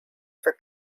for